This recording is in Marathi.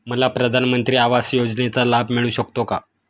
मला प्रधानमंत्री आवास योजनेचा लाभ मिळू शकतो का?